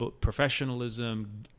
professionalism